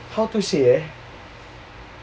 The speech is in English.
how to say eh